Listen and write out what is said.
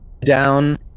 down